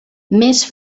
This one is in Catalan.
més